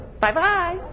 Bye-bye